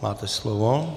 Máte slovo.